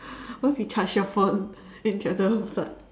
what if you charge your phone into another plug